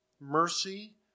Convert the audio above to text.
mercy